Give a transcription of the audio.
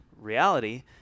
reality